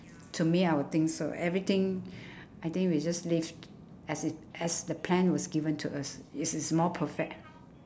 to me I would think so everything I think we just live as it as the plan was given to us it is more perfect